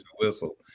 whistle